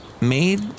made